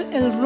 el